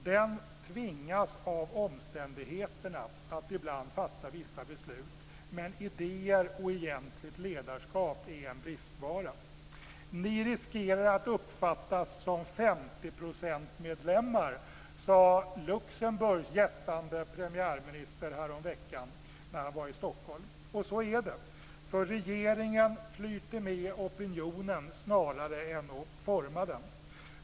Den tvingas av omständigheterna att ibland fatta vissa beslut, men idéer och egentligt ledarskap är en bristvara. Ni riskerar att uppfattas som 50 %-medlemmar, sade Luxemburgs gästande premiärminister häromveckan när han var i Stockholm. Och så är det. Regeringen flyter med opinionen snarare än att forma den.